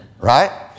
Right